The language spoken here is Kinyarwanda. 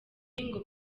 ngo